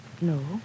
No